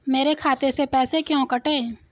मेरे खाते से पैसे क्यों कटे?